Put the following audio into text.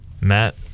Matt